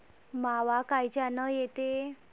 मावा कायच्यानं येते?